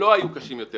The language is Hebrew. לא, לא היו קשים יותר.